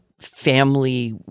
family